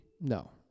No